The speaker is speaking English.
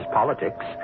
politics